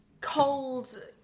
cold